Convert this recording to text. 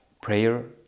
Prayer